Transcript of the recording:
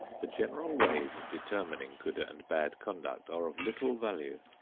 the general ways of determining good and bad conduct are of little value.